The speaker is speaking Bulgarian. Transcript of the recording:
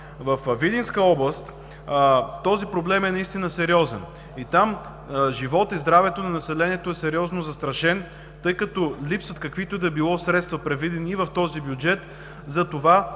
Във Видинска област този проблем е наистина сериозен и там животът и здравето на населението са сериозно застрашени, тъй като липсват каквито и да било средства, предвидени и в този бюджет за това